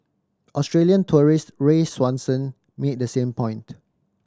Australian tourist Ray Swanson made the same point